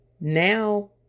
Now